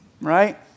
Right